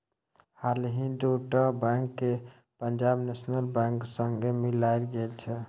हालहि दु टा बैंक केँ पंजाब नेशनल बैंक संगे मिलाएल गेल छै